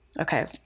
okay